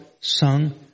sung